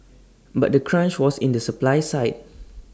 but the crunch was in the supply side